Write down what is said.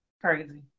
crazy